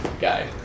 guy